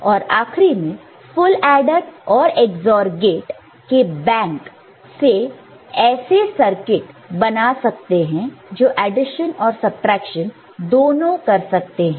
और आखिरी में फुल एडर और EX OR गेट gate के बैंक से ऐसे सर्किट बना सकते हैं जो एडिशन और सबट्रैक्शन दोनों कर सकते है